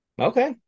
Okay